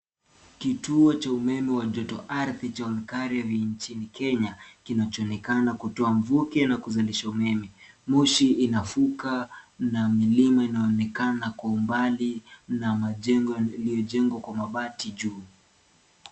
Kituo cha umeme wa jotoardhi cha onekare nchini Kenya kinachoonekana kutoa mvuke na kuzidisha umeme. Moshi inafuka na milima inaonekana kwa umbali na majengo yaliyojengwa kwa mabati juu.